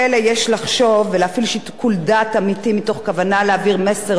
מתוך כוונה להעביר מסר לאותם בני-נוער שעתידם לא נחרץ,